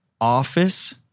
office